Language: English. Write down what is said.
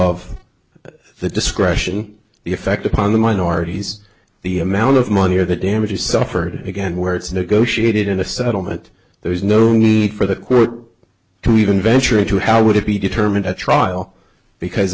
that the discretion the effect upon the minorities the amount of money or the damages suffered again where it's negotiated in the settlement there is no need for the court to even venture into how would it be determined at trial because